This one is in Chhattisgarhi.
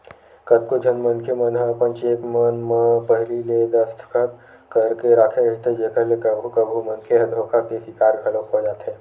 कतको झन मनखे मन ह अपन चेक मन म पहिली ले दस्खत करके राखे रहिथे जेखर ले कभू कभू मनखे ह धोखा के सिकार घलोक हो जाथे